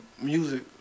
music